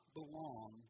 belong